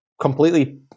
completely